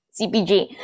CPG